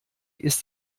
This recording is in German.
ist